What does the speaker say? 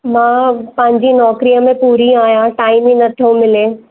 मां पंहिंजी नौकरीअ में पूरी आहियां टाइम ई नथो मिले